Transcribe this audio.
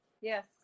Yes